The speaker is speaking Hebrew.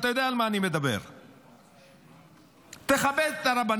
אתה יודע על מה אני מדבר, תכבד את הרבנים,